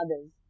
others